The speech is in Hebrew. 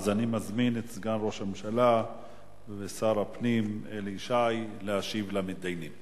אני מזמין את סגן ראש הממשלה ושר הפנים אלי ישי להשיב למתדיינים.